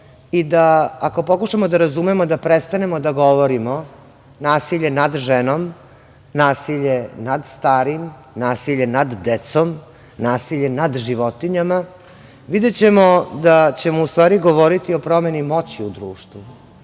I da ako pokušamo da razumemo da prestanemo da govorimo - nasilje nad ženom, nasilje nad starim, nasilje nad decom, nasilje nad životinjama, videćemo da ćemo u stvari govoriti o promeni moći u društvu.